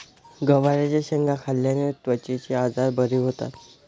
गवारच्या शेंगा खाल्ल्याने त्वचेचे आजार बरे होतात